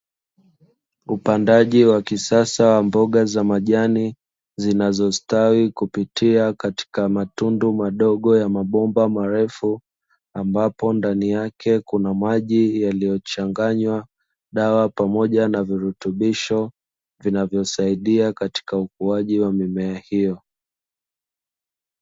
Upandaji wa kisasa wa mboga za majani zinazostawi kupitia katika matundu madogo ya mbomba marefu, ambapo ndani yake kuna maji yaliyochanganywa dawa pamoja na virutubisho vinavyosaidia katika ukuaji wa mimea hiyo.